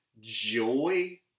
joy